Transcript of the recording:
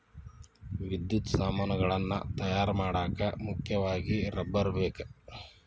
ವಿದ್ಯುತ್ ಸಾಮಾನುಗಳನ್ನ ತಯಾರ ಮಾಡಾಕ ಮುಖ್ಯವಾಗಿ ರಬ್ಬರ ಬೇಕ